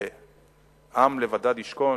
שעם לבדד ישכון,